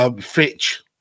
Fitch